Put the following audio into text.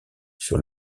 sur